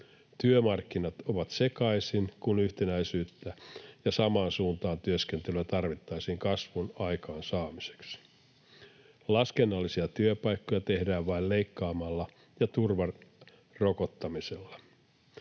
Työmarkkinat ovat sekaisin, kun yhtenäisyyttä ja samaan suuntaan työskentelyä tarvittaisiin kasvun aikaansaamiseksi. Laskennallisia työpaikkoja tehdään vain leikkaamalla ja turvan rokottamisella